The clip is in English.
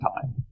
time